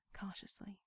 cautiously